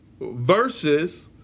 versus